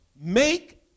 Make